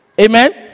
Amen